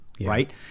right